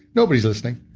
nobody's listening.